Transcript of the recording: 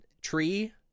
tree